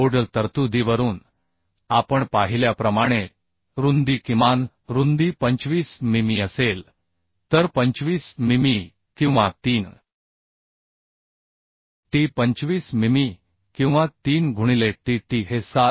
कोडल तरतुदीवरून आपण पाहिल्याप्रमाणे रुंदी किमान रुंदी 25 मिमी असेल तर 25 मिमी किंवा 3 t 25 मिमी किंवा 3 गुणिले t t हे 7